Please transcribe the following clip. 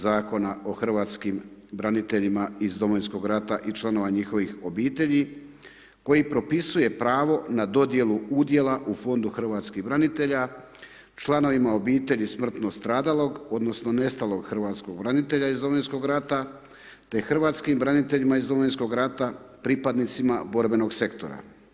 Zakona o hrvatskim braniteljima iz Domovinskog rata i članova njihovih obitelji koji propisuje pravo na dodjelu udjela u Fondu hrvatskih branitelja, članovima obitelji smrtno stradalog, odnosno nestalog hrvatskog branitelja iz Domovinskog rata te hrvatskim braniteljima iz Domovinskog rata pripadnicima borbenog sektora.